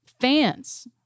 fans